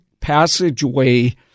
passageway